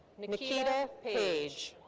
nikita page.